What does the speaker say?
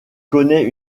connaît